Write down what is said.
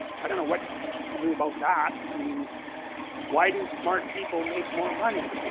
i don't know what to do about that. i mean why do smart people make more money?